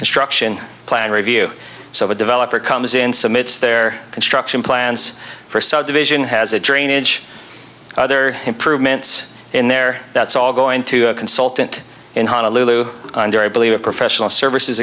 construction plan review so if a developer comes in summits their construction plans for a subdivision has a drainage other improvements in there that's all going to a consultant in honolulu believe a professional services